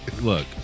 Look